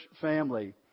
family